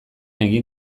egin